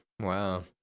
Wow